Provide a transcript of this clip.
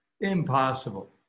impossible